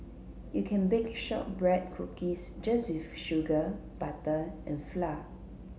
you can bake shortbread cookies just with sugar butter and flour